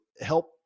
help